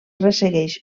ressegueix